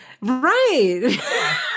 Right